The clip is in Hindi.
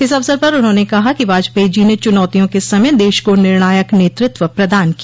इस अवसर पर उन्होंने कहा कि वाजपेयी जी ने चुनौतियो के समय देश को निर्णायक नेतृत्व प्रदान किया